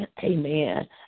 amen